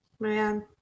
man